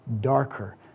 darker